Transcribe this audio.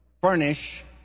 furnish